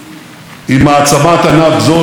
הקשרים עם מעצמת ענק נוספת,